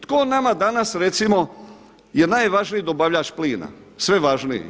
Tko nama danas recimo je najvažniji dobavljač plina sve važniji?